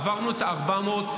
עברנו את ה-400.